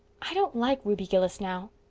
i don't like ruby gillis now.